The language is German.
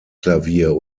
klavier